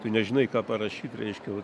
tu nežinai ką parašyt reiškia vat